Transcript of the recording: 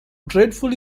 dreadfully